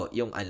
yung